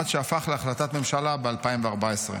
עד שהפך להחלטת ממשלה ב-2014.